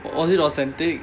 oh is it authentic